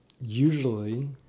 usually